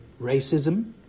racism